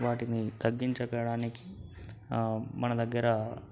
వాటిని తగ్గించడానికి మన దగ్గర